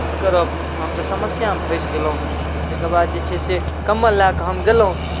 की करब हम तऽ समस्यामे फँसि गेलहु तकर बाद जे छै से कम्बल लए कऽ हम गेलहुँ